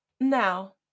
Now